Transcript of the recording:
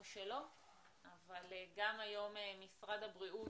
או שלא - אבל גם היום משרד הבריאות